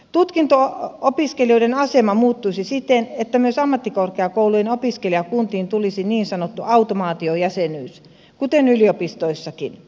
tutkinto opiskelijoiden asema muuttuisi siten että myös ammattikorkeakoulujen opiskelijakuntiin tulisi niin sanottu automaatiojäsenyys kuten yliopistoissakin